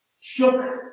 shook